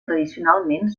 tradicionalment